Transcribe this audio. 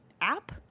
app